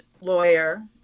lawyer